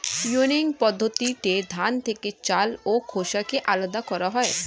winnowing পদ্ধতিতে ধান থেকে চাল ও খোসাকে আলাদা করা হয়